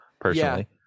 personally